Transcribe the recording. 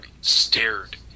stared